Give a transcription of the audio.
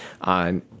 on